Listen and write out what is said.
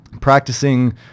practicing